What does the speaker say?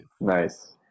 Nice